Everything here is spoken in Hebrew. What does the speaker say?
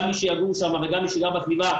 גם מי שיגור שם וגם מי שגר בסביבה,